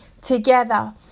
together